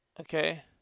Okay